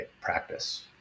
practice